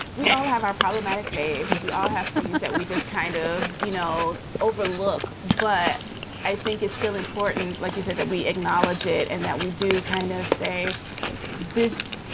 we all have our problematic baby. we all have things that we just kind of, you know, overlook. but i think it's still important, like you said, that we acknowledge it and that we do kind of say this.